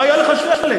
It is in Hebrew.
לא היה לך שלג?